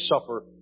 suffer